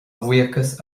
bhuíochas